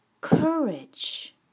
courage